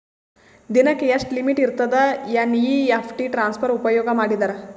ದಿನಕ್ಕ ಎಷ್ಟ ಲಿಮಿಟ್ ಇರತದ ಎನ್.ಇ.ಎಫ್.ಟಿ ಟ್ರಾನ್ಸಫರ್ ಉಪಯೋಗ ಮಾಡಿದರ?